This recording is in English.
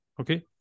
okay